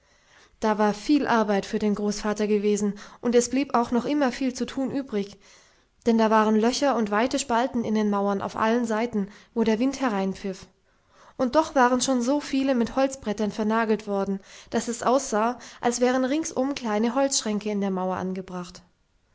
da war viel arbeit für den großvater gewesen und es blieb auch noch immer viel zu tun übrig denn da waren löcher und weite spalten in den mauern auf allen seiten wo der wind hereinpfiff und doch waren schon so viele mit holzbrettern vernagelt worden daß es aussah als wären ringsum kleine holzschränke in der mauer angebracht